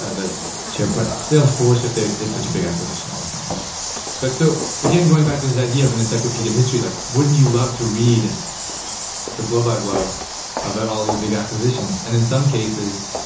ah the share price at salesforce if they did such a big acquisition, all that kind of stuff. but so again, going back this idea of an encyclopedia of history, like wouldn't you love to read the blow by-blow of ah all these big acquisitions? and in some cases,